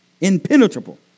Impenetrable